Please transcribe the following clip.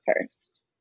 first